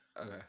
Okay